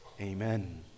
Amen